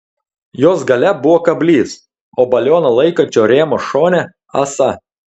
jos gale buvo kablys o balioną laikančio rėmo šone ąsa